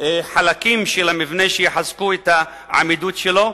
חלקים למבנה שיחזקו את העמידות שלו,